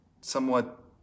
somewhat